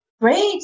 Great